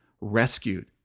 rescued